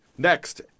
Next